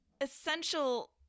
essential